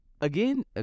again